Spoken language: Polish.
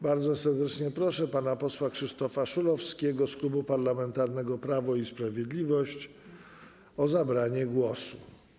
Bardzo serdecznie proszę pana posła Krzysztofa Szulowskiego z Klubu Parlamentarnego Prawo i Sprawiedliwość o zabranie głosu.